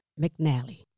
McNally